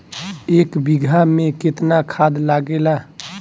एक बिगहा में केतना खाद लागेला?